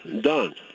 Done